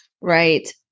Right